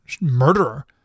murderer